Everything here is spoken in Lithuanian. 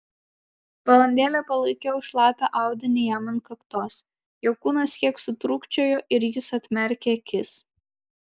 valandėlę palaikiau šlapią audinį jam ant kaktos jo kūnas kiek sutrūkčiojo ir jis atmerkė akis